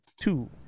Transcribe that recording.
Two